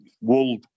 Wool